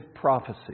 prophecy